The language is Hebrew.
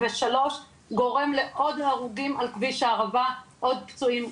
גורם לעוד הרוגים על כביש הערבה ועוד פצועים.